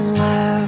love